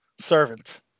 Servant